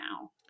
now